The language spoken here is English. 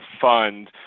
fund